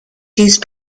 seized